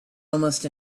almost